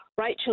Rachel